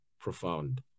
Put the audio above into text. profound